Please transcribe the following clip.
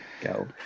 go